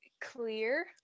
clear